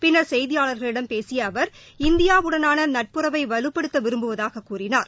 பின்னர் செய்தியாளர்களிடம் பேசிய அவர் இந்தியாவுடனான நட்புறவை வலுப்படுத்த விரும்புவதாகக் கூறினார்